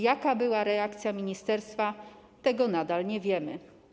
Jaka była reakcja ministerstwa, tego nadal nie wiemy.